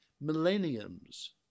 millenniums